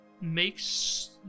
makes